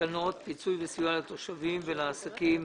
בסיוע לתושבים ולעסקים